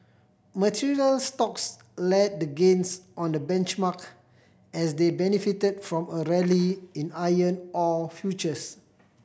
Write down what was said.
materials stocks led the gains on the benchmark as they benefited from a rally in iron ore futures